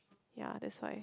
ya that's why